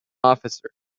officer